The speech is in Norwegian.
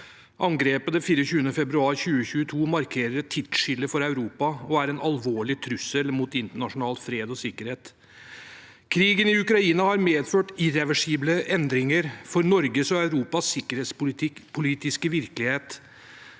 Angrepet den 24. februar 2022 markerer et tidsskille for Europa og er en alvorlig trussel mot internasjonal fred og sikkerhet. Krigen i Ukraina har medført irreversible endringer for Norges og Europas sikkerhetspolitiske virkelighet,